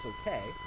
okay